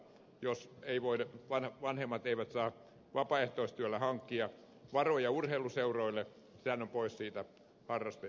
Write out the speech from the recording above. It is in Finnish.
jos vanhemmat eivät saa vapaaehtoistyöllä hankkia varoja urheiluseuroille sehän on pois siitä harrastustoiminnasta